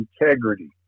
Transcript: integrity